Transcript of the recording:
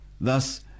Thus